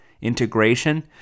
integration